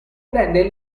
prende